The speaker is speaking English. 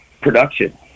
production